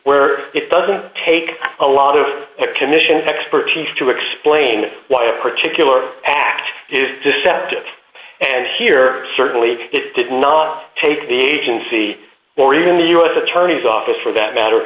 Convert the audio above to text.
where it doesn't take a lot of commission expertise to explain why a particular act is deceptive and here certainly it did not take the agency or even the u s attorney's office for that matter